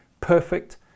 perfect